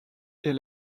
est